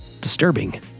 Disturbing